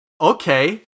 Okay